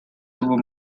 tuvo